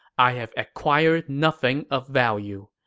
i have acquired nothing of value.